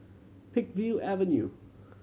Peakville Avenue